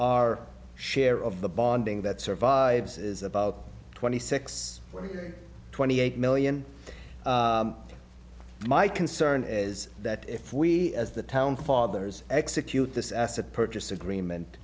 our share of the bonding that survives is about twenty six or twenty eight million my concern is that if we as the town fathers execute this asset purchase agreement